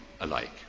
alike